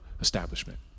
establishment